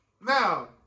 Now